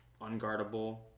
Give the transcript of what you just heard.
unguardable